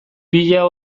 pila